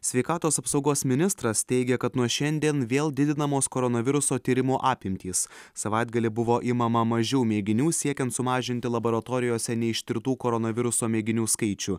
sveikatos apsaugos ministras teigia kad nuo šiandien vėl didinamos koronaviruso tyrimų apimtys savaitgalį buvo imama mažiau mėginių siekiant sumažinti laboratorijose neištirtų koronaviruso mėginių skaičių